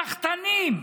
סחטנים.